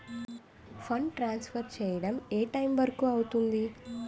Fund transfer చేయడం ఏ time వరుకు అవుతుంది?